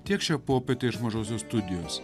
tiek šią popietę iš mažosios studijos